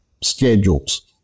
Schedules